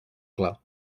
clar